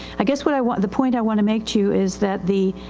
i guess what i want the point i want to make to you is that the,